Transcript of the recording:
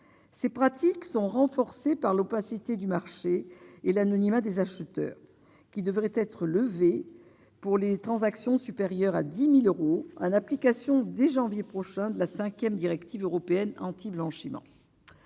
ces pratiques sont renforcés par l'opacité du marché et l'anonymat des acheteurs qui devrait être levée pour les transactions supérieures à 10000 euros en application dès janvier prochain de la 5ème directive européenne antiblanchiment.